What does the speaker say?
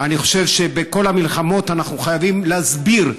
אני חושב שבכל המלחמות אנחנו חייבים להסביר,